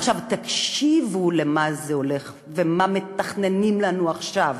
עכשיו, תקשיבו למה זה הולך ומה מתכננים לנו עכשיו.